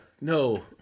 No